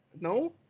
no